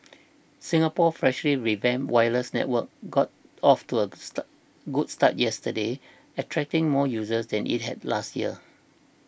Singapore's freshly revamped wireless network got off to a start good start yesterday attracting more users than it had last year